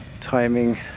timing